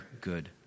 good